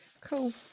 Cool